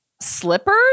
slippers